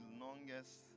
longest